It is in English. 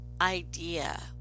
idea